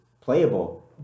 playable